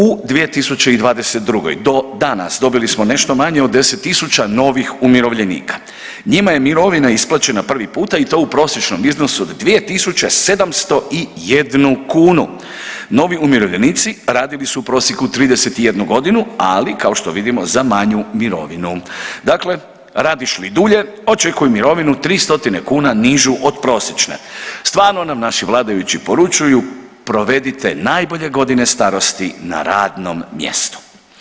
U 2022. do danas dobili smo nešto manje od 10 tisuća novih umirovljenika, njima je mirovina isplaćena prvi puta i to u prosječnom iznosu od 2.701 kn, novi umirovljenici radili su u prosjeku 31.g., ali kao što vidimo za manju mirovinu, dakle radiš li dulje očekuj mirovinu 3 stotine kuna nižu od prosječne, stvarno nam naši vladajući poručuju provedite najbolje godine starosti na radnom mjestu.